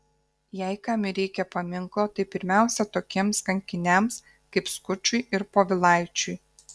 jei kam ir reikia paminklo tai pirmiausia tokiems kankiniams kaip skučui ir povilaičiui